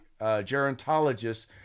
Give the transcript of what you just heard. gerontologists